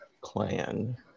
clan